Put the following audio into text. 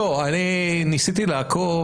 ניסיתי לעקוב.